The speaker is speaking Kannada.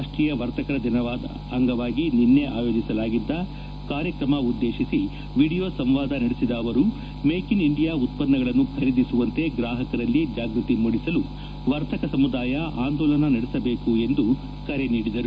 ರಾಷ್ಟೀಯ ವರ್ತಕರ ದಿನದ ಅಂಗವಾಗಿ ನಿನ್ನೆ ಆಯೋಜಿಸಲಾಗಿದ್ದ ಕಾರ್ಯಕ್ರಮ ಉದ್ದೇಶಿಸಿ ವೀಡಿಯೊ ಸಂವಾದ ನಡೆಸಿದ ಅವರು ಮೇಕ್ ಇನ್ ಇಂಡಿಯಾ ಉತ್ಪನ್ನಗಳನ್ನು ಖರೀದಿಸುವಂತೆ ಗ್ರಾಹಕರಲ್ಲಿ ಜಾಗ್ಬತಿ ಮೂಡಿಸಲು ವರ್ತಕ ಸಮುದಾಯ ಆಂದೋಲನ ನಡೆಸಬೇಕು ಎಂದು ಕರೆ ನೀಡಿದರು